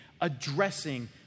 addressing